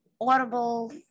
Audible